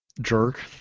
jerk